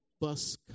bus